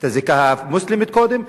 את הזיקה המוסלמית קודם,